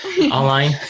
online